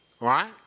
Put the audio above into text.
right